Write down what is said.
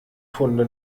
funde